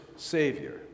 Savior